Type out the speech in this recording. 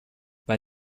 bei